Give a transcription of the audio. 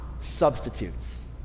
substitutes